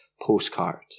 postcard